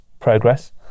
progress